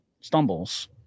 stumbles